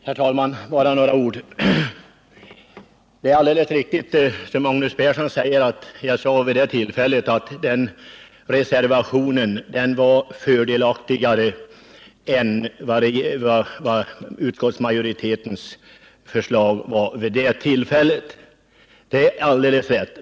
Herr talman! Bara några ord. Det är som Magnus Persson nämnde alldeles riktigt att jag vid det tillfället sade att s-reservationen var fördelaktigare än utskottsmajoritetens förslag.